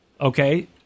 Okay